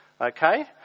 Okay